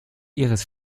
ihres